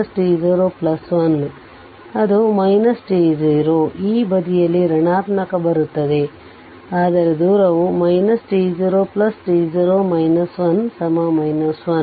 ಆದ್ದರಿಂದ ಅದು t0 ಈ ಬದಿಯಲ್ಲಿ ಋಣಾತ್ಮಕಬರುತ್ತದೆ ಆದರೆ ದೂರವು t0 t0 1 1